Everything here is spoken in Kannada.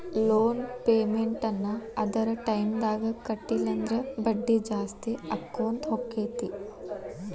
ಲೊನ್ ಪೆಮೆನ್ಟ್ ನ್ನ ಅದರ್ ಟೈಮ್ದಾಗ್ ಕಟ್ಲಿಲ್ಲಂದ್ರ ಬಡ್ಡಿ ಜಾಸ್ತಿಅಕ್ಕೊತ್ ಹೊಕ್ಕೇತಿ